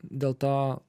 dėl to